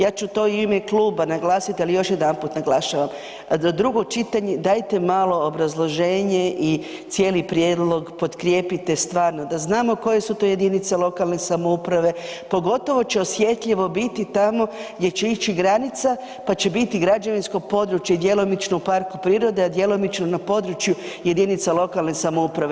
Ja ću to i u ime kluba naglasiti, ali još jedanput naglašavam, do drugo čitanje dajte malo obrazloženje i cijeli prijedlog podkrijepite stvarno da znamo koje su to jedinice lokalne samouprave pogotovo će osjetljivo će biti tamo gdje će ići granica pa će biti građevinsko područje djelomično u parku prirode, a djelomično na području jedinica lokalne samouprave.